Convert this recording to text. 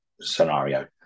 scenario